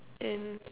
and